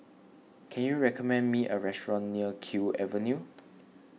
can you recommend me a restaurant near Kew Avenue